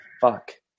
fuck